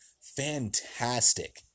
fantastic